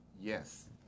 Yes